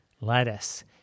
lettuce